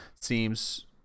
seems